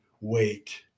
wait